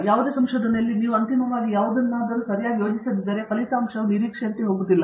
ಯಾವುದೇ ಸಂಶೋಧನೆಯಲ್ಲಿ ನೀವು ಅಂತಿಮವಾಗಿ ಯಾವುದನ್ನಾದರೂ ಸರಿಯಾಗಿ ಯೋಜಿಸದಿದ್ದರೆ ಫಲಿತಾಂಶವು ನಿರೀಕ್ಷೆಯಂತೆ ಹೋಗುತ್ತಿಲ್ಲ